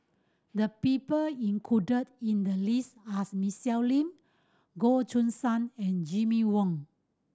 the people included in the list are Lim Goh Choo San and Jimmy Ong